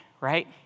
right